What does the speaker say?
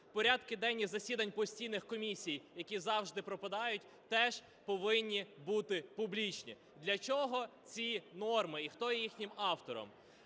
порядки денні засідань постійних комісій, які завжди пропадають, теж повинні бути публічні. Для чого ці норми і хто є їхнім автором?